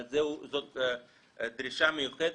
אבל זאת דרישה מיוחדת,